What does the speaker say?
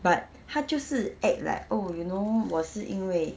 but 他就是 act like oh you know 我是因为